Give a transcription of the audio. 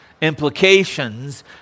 implications